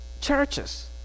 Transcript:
churches